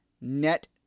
net